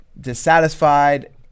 dissatisfied